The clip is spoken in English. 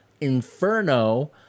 Inferno